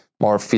More